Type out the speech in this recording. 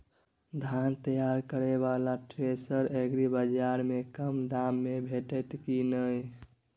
धान तैयार करय वाला थ्रेसर एग्रीबाजार में कम दाम में भेटत की नय?